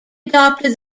adopted